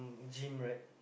gym right